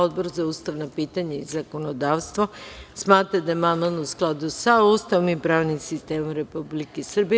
Odbor za ustavna pitanja i zakonodavstvo smatra da je amandman u skladu sa Ustavom i pravnim sistemom Republike Srbije.